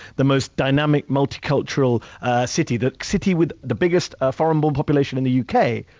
the most dynamic, multicultural city, the city with the biggest ah foreign-born population in the u. k,